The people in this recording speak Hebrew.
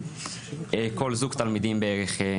כל זוג תלמידים בערך,